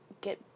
get